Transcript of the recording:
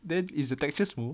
then is the texture smooth